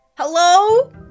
Hello